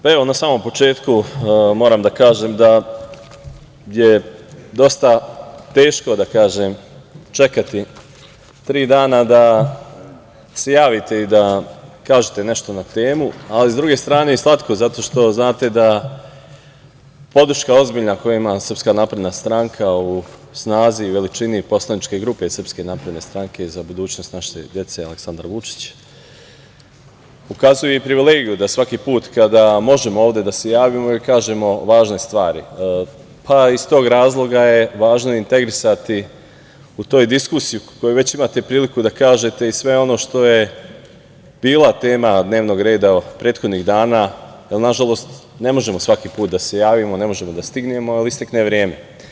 Na samom početku moram da kažem da je dosta teško čekati tri dana da se javite i da kažete nešto na temu, ali sa druge strane i slatko zato što znate da podrška ozbiljna koju ima SNS u snazi, veličini poslaničke grupe SNS Aleksandar Vučić – Za našu decu, ukazuje i privilegiju da svaki put kada možemo ovde da se javimo i kažemo važne stvari, pa iz tog razloga je važno integrisati u toj diskusiji koju već imate priliku da kažete i sve ono što je bila tema dnevnog reda prethodnih dana, jer nažalost ne možemo svaki put da se javimo, ne možemo da stignemo jer istekne vreme.